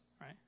right